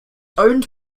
owned